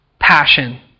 passion